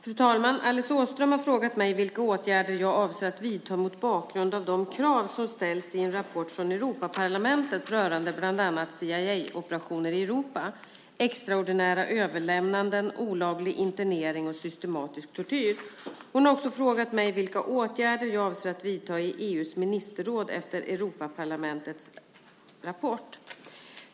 Fru talman! Alice Åström har frågat mig vilka åtgärder jag avser att vidta mot bakgrund av de krav som ställs i en rapport från Europaparlamentet rörande bland annat CIA-operationer i Europa, extraordinära överlämnanden, olaglig internering och systematisk tortyr. Hon har också frågat mig vilka åtgärder jag avser att vidta i EU:s ministerråd efter Europaparlamentets rapport.